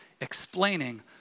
explaining